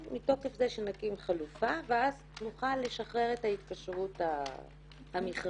מתוקף זה שנקים חלופה ואז נוכל לשחרר את ההתקשרות המכרזית.